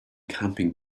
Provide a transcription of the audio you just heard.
camping